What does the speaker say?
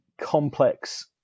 complex